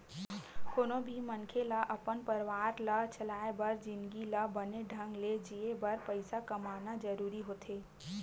कोनो भी मनखे ल अपन परवार ला चलाय बर जिनगी ल बने ढंग ले जीए बर पइसा कमाना जरूरी होथे